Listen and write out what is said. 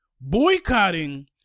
Boycotting